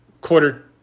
quarter